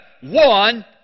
one